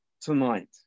tonight